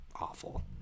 awful